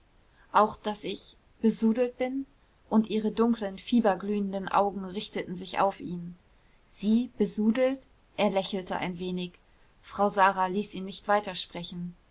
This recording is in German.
auch daß ich besudelt bin und ihre dunklen fieberglühenden augen richteten sich auf ihn sie besudelt er lächelte ein wenig frau sara ließ ihn nicht